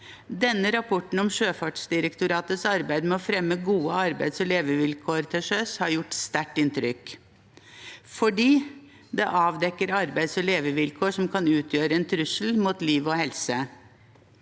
Denne rapporten om Sjøfartsdirektoratets arbeid med å fremme gode arbeids- og levevilkår til sjøs har gjort sterkt inntrykk fordi den avdekker arbeidsog levevilkår som kan utgjøre en trussel mot liv og helse.